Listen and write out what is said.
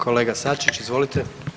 Kolega Sačić, izvolite.